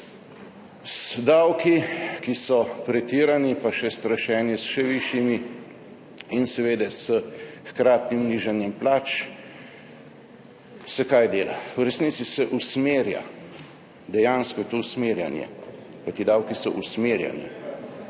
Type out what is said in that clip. Z davki, ki so pretirani, pa še strašenje s še višjimi, in seveda s hkratnim nižanjem plač se dela – kaj? V resnici se usmerja – dejansko je to usmerjanje, kajti davki so usmerjanje